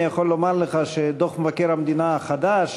אני יכול לומר לך שדוח מבקר המדינה החדש,